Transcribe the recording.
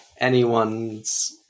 Anyone's